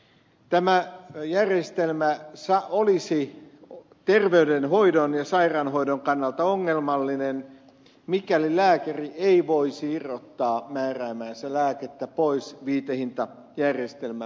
tämä järjestelmä olisi terveydenhoidon ja sairaudenhoidon kannalta ongelmallinen mikäli lääkäri ei voisi irrottaa määräämäänsä lääkettä pois viitehintajärjestelmän menettelystä